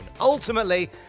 ultimately